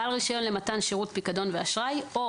בעל רישיון למתן שירותי פיקדון ואשראי או